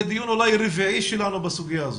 זה אולי דיון רביעי שלנו בסוגיה הזאת.